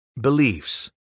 Beliefs